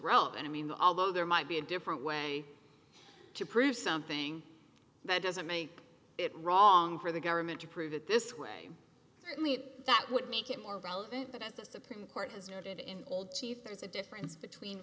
relevant i mean although there might be a different way to prove something that doesn't make it wrong for the government to prove it this way certainly that would make it more relevant that as the supreme court has noted in old chief there's a difference between